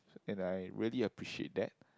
and I really appreciate that